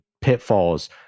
pitfalls